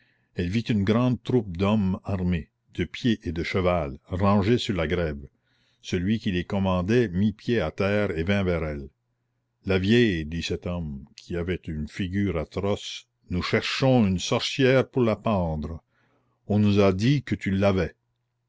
elle vit une grande troupe d'hommes armés de pied et de cheval rangée sur la grève celui qui les commandait mit pied à terre et vint vers elle la vieille dit cet homme qui avait une figure atroce nous cherchons une sorcière pour la pendre on nous a dit que tu l'avais